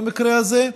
במקרה הזה.